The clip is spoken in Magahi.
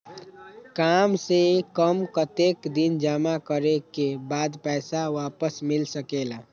काम से कम कतेक दिन जमा करें के बाद पैसा वापस मिल सकेला?